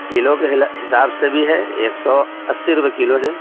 کلو کے ہلا حساب سے بھی ہے ایک سو اسی روپئے کلو ہے